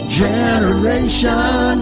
generation